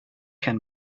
can